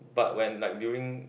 but when like during